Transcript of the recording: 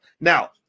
Now